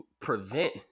prevent